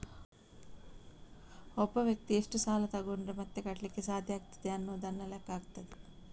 ಒಬ್ಬ ವ್ಯಕ್ತಿ ಎಷ್ಟು ಸಾಲ ತಗೊಂಡ್ರೆ ಮತ್ತೆ ಕಟ್ಲಿಕ್ಕೆ ಸಾಧ್ಯ ಆಗ್ತದೆ ಅನ್ನುದನ್ನ ಲೆಕ್ಕ ಹಾಕ್ತದೆ